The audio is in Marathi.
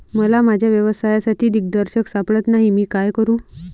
मला माझ्या व्यवसायासाठी दिग्दर्शक सापडत नाही मी काय करू?